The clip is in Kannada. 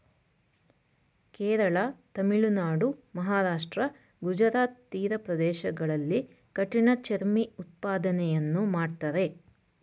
ಕೇರಳ, ತಮಿಳುನಾಡು, ಮಹಾರಾಷ್ಟ್ರ, ಗುಜರಾತ್ ತೀರ ಪ್ರದೇಶಗಳಲ್ಲಿ ಕಠಿಣ ಚರ್ಮಿ ಉತ್ಪಾದನೆಯನ್ನು ಮಾಡ್ತರೆ